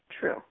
true